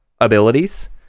abilities